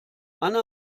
anna